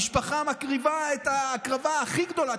המשפחה שמקריבה את ההקרבה הכי גדולה,